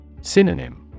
Synonym